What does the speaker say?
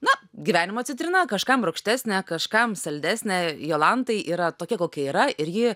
na gyvenimo citrina kažkam rūgštesnė kažkam saldesnė jolantai yra tokia kokia yra ir ji